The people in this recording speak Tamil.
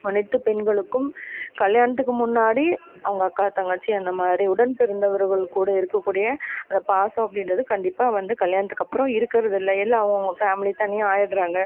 அனைத்து பெண்களுக்கும் கல்யாணத்துக்கு முன்னாடி அவங்க அக்கா தங்கச்சி அந்த மாதிரி உடன் பிறந்தவர்கள் கூட இருக்கக்கூடிய அந்த பாசம் அப்படின்றது கண்டிப்பாக வந்து கல்யாணத்துக்கு அப்புறம் இருக்கிறதில்ல எல்லாம் அவங்கவுங்க ஃபேமிலி தனியாக ஆயிடறாங்க